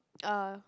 uh